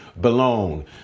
belong